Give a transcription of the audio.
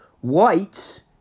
White